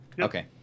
Okay